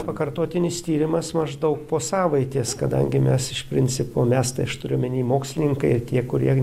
pakartotinis tyrimas maždaug po savaitės kadangi mes iš principo mes tai aš turiu omeny mokslininkai ir tie kurie